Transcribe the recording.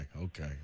Okay